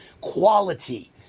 quality